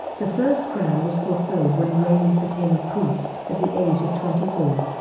the first crown was fulfilled when raymund became a priest at the age of twenty four.